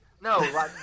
No